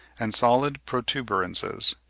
and solid protuberances.